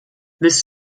this